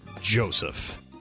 Joseph